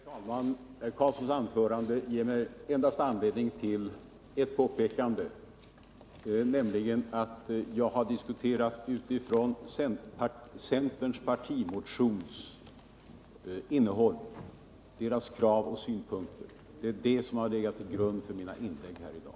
Herr talman! Eric Carlssons anförande ger mig endast anledning till ett påpekande, nämligen att det är innehållet i centerns partimotion, dess krav och synpunkter som har legat till grund för mina inlägg här i dag.